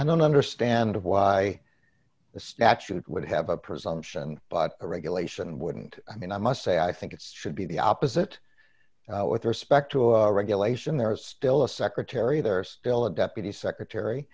i don't understand why the statute would have a presumption but a regulation wouldn't i mean i must say i think it's should be the opposite with respect to regulation there is still a secretary there are still a deputy secretary